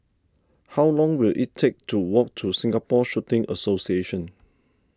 how long will it take to walk to Singapore Shooting Association